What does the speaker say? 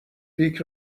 پیک